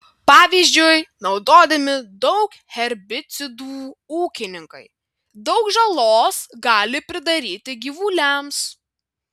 pavyzdžiui naudodami daug herbicidų ūkininkai daug žalos gali pridaryti gyvuliams